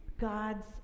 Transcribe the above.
God's